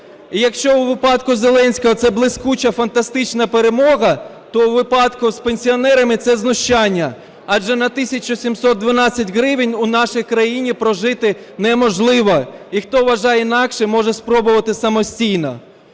Якщо у випадку Зеленського – це блискуча, фантастична перемога, то у випадку з пенсіонерами – це знущання. Адже на 1 тисячу 712 гривень у нашій країні прожити неможливо. І хто вважає інакше, може спробувати самостійно.